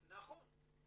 נכון.